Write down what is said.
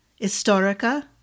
Historica